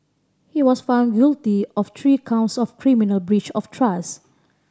he was found guilty of three counts of criminal breach of trust